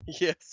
Yes